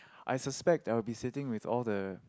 I suspect I will be sitting with all the